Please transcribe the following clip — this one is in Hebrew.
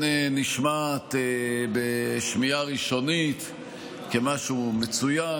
נשמעת בשמיעה ראשונית כמשהו מצוין,